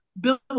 build